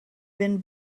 been